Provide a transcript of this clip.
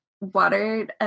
water